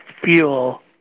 fuel